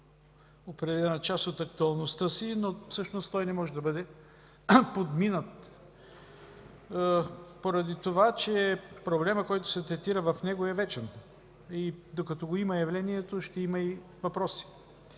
определена част от актуалността си, но всъщност той не може да бъде подминат, поради това че проблемът, който се третира в него, е вечен, и докато го има явлението, ще има и въпроси.